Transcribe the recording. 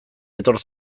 etor